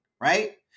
right